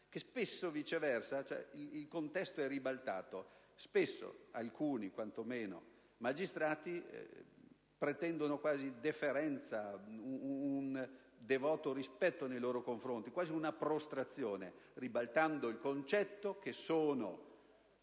Spesso il contesto è ribaltato, per cui alcuni magistrati pretendono quasi deferenza, un devoto rispetto nei loro confronti, quasi una prostrazione, ribaltando di fatto il concetto che sono